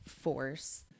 force